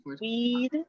Weed